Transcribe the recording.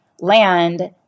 land